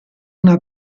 una